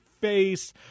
face